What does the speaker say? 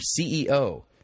CEO